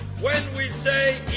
when we say,